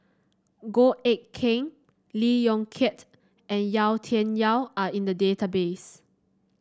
Goh Eck Kheng Lee Yong Kiat and Yau Tian Yau are in the database